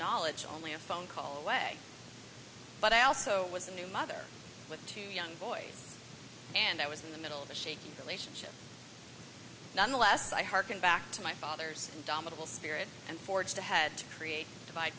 knowledge only a phone call away but i also was a new mother with two young boys and i was in the middle of a shaky relationship nonetheless i harken back to my father's indomitable spirit and forged ahead to create divide